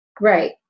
Right